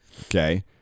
okay